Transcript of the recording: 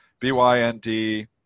bynd